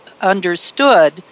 understood